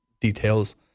details